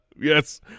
Yes